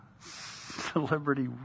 celebrity